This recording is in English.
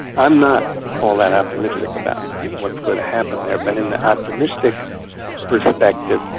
i'm not all that optimistic about what's going to happen there but in the optimistic perspective,